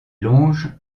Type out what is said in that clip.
longe